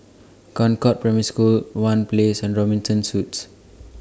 Concord Primary School one Place and Robinson Suites